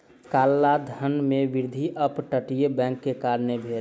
काला धन में वृद्धि अप तटीय बैंक के कारणें भेल